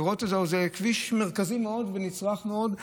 זה כביש מרכזי מאוד ונצרך מאוד.